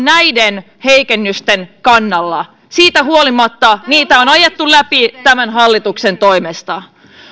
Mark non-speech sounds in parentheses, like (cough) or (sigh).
(unintelligible) näiden heikennysten kannalla siitä huolimatta niitä on ajettu läpi tämän hallituksen toimesta